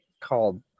Called